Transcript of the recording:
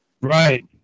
right